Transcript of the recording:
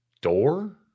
door